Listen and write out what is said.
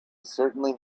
certainly